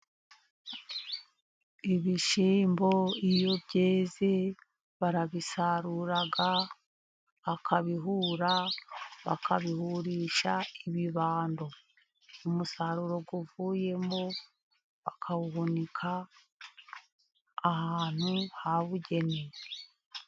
Ibishyimbo iyo byeze barabisarura, bakabihura, bakabihurisha ibibando, umusaruro uvuyemo bakawuhunika ahantu habugenewe.